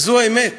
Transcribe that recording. וזו האמת.